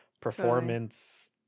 performance